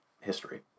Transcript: history